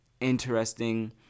interesting